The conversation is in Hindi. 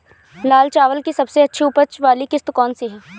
लाल चावल की सबसे अच्छी उपज वाली किश्त कौन सी है?